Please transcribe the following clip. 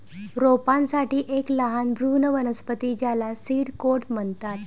रोपांसाठी एक लहान भ्रूण वनस्पती ज्याला सीड कोट म्हणतात